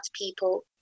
people